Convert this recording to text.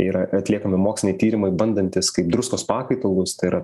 yra atliekami moksliniai tyrimai bandantys kaip druskos pakaitalus tai yra